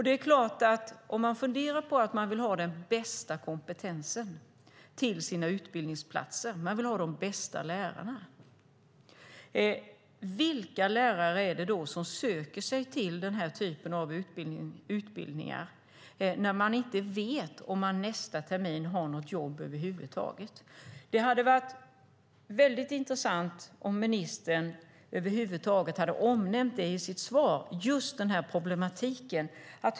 Det är klart att man vill ha den bästa kompetensen till sina utbildningsplatser, de bästa lärarna. Men vilka lärare är det då som söker sig till den här typen av utbildningar, när man inte vet om man nästa termin kommer att ha något jobb över huvud taget? Det hade varit väldigt intressant om ministern över huvud taget omnämnt det i sitt svar.